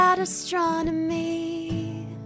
Astronomy